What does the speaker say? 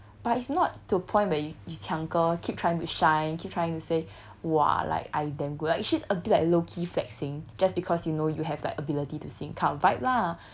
but it's not to a point where you you 抢歌 keep trying to shine keep trying to say !wah! like I damn good like she's a bit like low key flexing just because you know you have like ability to sing that kind of vibe lah